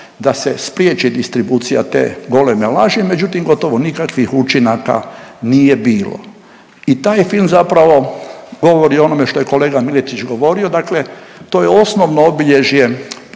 da se spriječi distribucija te goleme laži, međutim gotovo nikakvih učinaka nije bilo i taj film zapravo govori o onome što je kolega Miletić govorio dakle to je osnovno obilježje